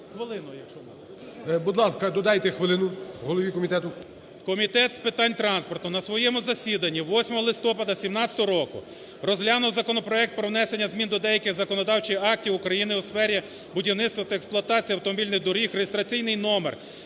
Будь ласка, додайте хвилину голові комітету. ДУБНЕВИЧ Я.В. Комітет з питань транспорту на своєму засіданні 8 листопада 17 року розглянув законопроект про внесення змін до деяких законодавчих актів України у сфері будівництва та експлуатації автомобільних доріг, реєстраційний номер